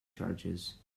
charges